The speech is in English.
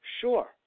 Sure